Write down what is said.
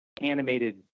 animated